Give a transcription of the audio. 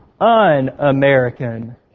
un-American